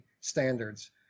standards